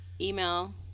Email